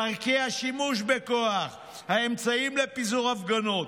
דרכי השימוש בכוח, האמצעים לפיזור הפגנות,